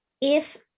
if-